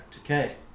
Okay